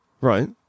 right